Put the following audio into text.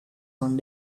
one